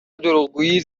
دروغگویی